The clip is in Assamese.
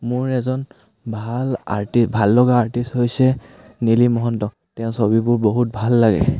মোৰ এজন ভাল আৰ্টি ভাল লগা আৰ্টিষ্ট হৈছে নীলিম মহন্ত তেওঁৰ ছবিবোৰ বহুত ভাল লাগে